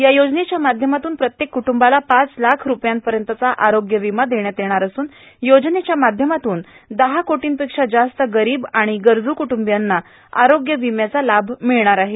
या योजनेच्या माध्यमातून प्रत्येक कुटुंबाला पाच लाख रूपयांपर्यंतचा आरोग्य विमा देण्यात येणार असून योजनेच्या माध्यमातून दहा कोर्टीपेक्षा जास्त गरिब आणि गरजू कुटुंबियांना आरोग्य विम्याचा लाभ मिळणार आहे